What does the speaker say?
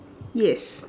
yes